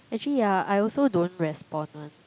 actually ya I also don't respond [one]